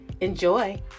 Enjoy